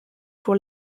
pour